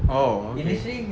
oh okay